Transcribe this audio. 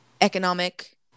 economic